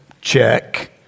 check